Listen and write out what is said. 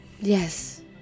Yes